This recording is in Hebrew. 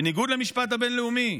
בניגוד למשפט הבין-לאומי?